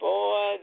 Boy